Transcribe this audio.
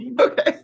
Okay